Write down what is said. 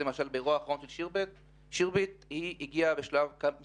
באירוע האחרון של שירביט המשטרה הגיעה מספר